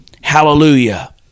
Hallelujah